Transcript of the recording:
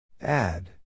Add